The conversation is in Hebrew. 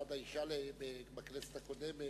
למעמד האשה בכנסת הקודמת,